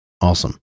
Awesome